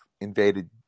invaded